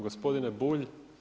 Gospodine Bulj.